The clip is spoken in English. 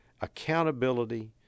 accountability